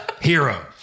Hero